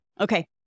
Okay